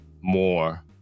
more